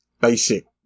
basic